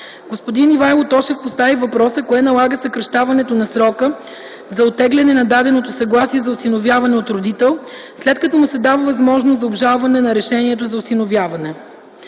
Господин Ивайло Тошев постави въпроса кое налага съкращаването на срока за оттегляне на даденото съгласие за осиновяване от родител, след като му се дава възможността за обжалване на решението за осиновяване.